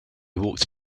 walked